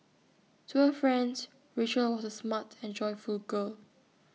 to her friends Rachel was A smart and joyful girl